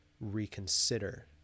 reconsider